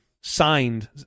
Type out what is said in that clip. signed